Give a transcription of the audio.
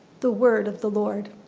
the word of the lord.